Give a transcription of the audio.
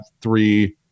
three